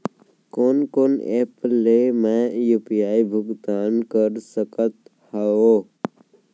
कोन कोन एप ले मैं यू.पी.आई भुगतान कर सकत हओं?